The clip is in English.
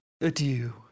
adieu